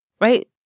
right